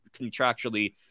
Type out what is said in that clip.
contractually